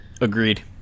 agreed